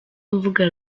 mvuga